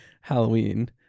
halloween